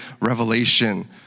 revelation